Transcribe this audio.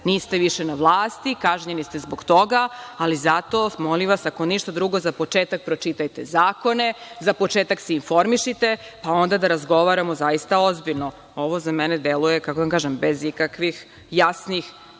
niste više na vlasti, kažnjeni ste zbog toga, ali zato, molim vas, ako ništa drugo, za početak pročitajte zakone, za početak se informišite, pa onda da razgovaramo zaista ozbiljno. Ovo za mene deluje, kako da vam kažem, bez ikakvih jasnih